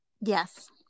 Yes